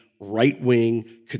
right-wing